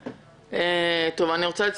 בבקשה.